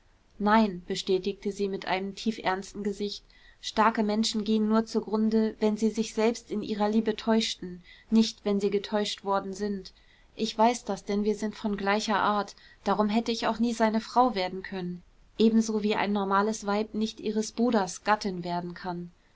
nein bestätigte sie mit tiefernstem gesicht starke menschen gehen nur zugrunde wenn sie sich selbst in ihrer liebe täuschten nicht wenn sie getäuscht worden sind ich weiß das denn wir sind von gleicher art darum hätte ich auch nie seine frau werden können ebenso wie ein normales weib nicht ihres bruders gattin werden kann